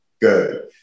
Good